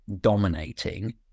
dominating